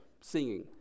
singing